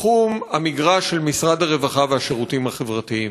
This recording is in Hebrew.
בתחום המגרש של משרד הרווחה והשירותים החברתיים.